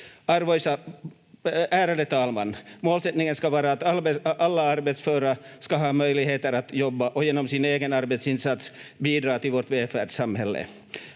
Ärade talman! Målsättningen ska vara att alla arbetsföra ska ha möjligheter att jobba och genom sin egen arbetsinsats bidra till vårt välfärdssamhälle.